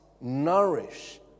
nourish